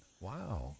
Wow